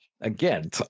again